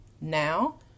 now